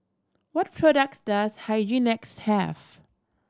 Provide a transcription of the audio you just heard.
what products does Hygin X have